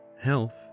health